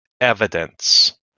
evidence